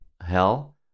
hell